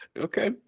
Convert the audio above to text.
okay